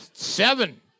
Seven